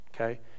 okay